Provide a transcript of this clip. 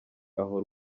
aho